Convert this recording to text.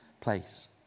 place